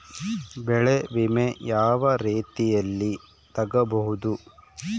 ಬೆಳೆ ವಿಮೆ ಯಾವ ರೇತಿಯಲ್ಲಿ ತಗಬಹುದು?